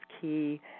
key